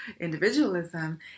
individualism